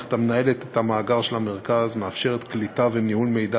המערכת המנהלת את המאגר של המרכז מאפשרת קליטה וניהול מידע